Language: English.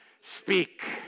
speak